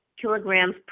Kilograms